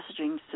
messaging